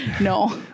No